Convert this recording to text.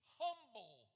humble